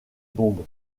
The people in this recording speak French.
bombes